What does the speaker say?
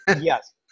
yes